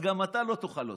אז גם אתה לא תאכל אותה.